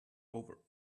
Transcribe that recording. over